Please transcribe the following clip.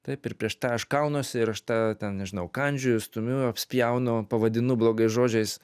taip ir prieš tą aš kaunuosi ir aš tą ten nežinau kandžioju stumiu apspjaunu pavadinu blogais žodžiais